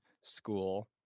school